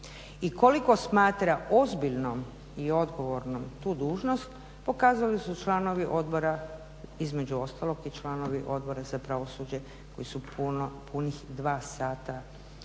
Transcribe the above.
i koliko smatra ozbiljnom i odgovornom tu dužnost pokazali su članovi odbora između ostalog i članovi Odbora za pravosuđe koji su punih dva sata